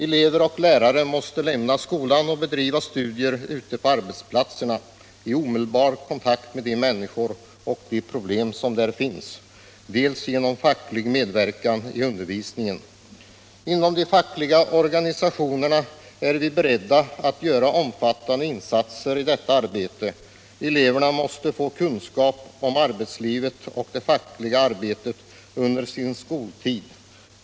Elever och lärare måste lämna skolan och bedriva studier ute på arbetsplatserna i omedelbar kontakt med de människor och de problem som där finns. Dessutom måste det till facklig medverkan i undervisningen. Inom de fackliga organisationerna är vi beredda att göra omfattande insatser i detta arbete. Eleverna måste få kunskap om arbetslivet och det fackliga arbetet under sin skoltid.